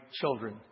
children